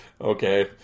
Okay